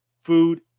food